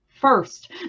first